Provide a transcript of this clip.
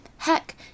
Heck